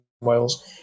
Wales